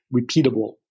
repeatable